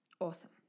Awesome